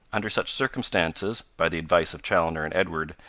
under such circumstances, by the advice of chaloner and edward,